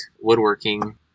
woodworking